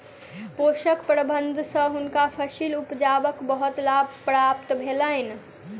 पोषक प्रबंधन सँ हुनका फसील उपजाक बहुत लाभ प्राप्त भेलैन